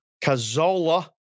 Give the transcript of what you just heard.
Cazola